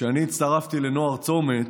כשאני הצטרפתי לנוער צומת,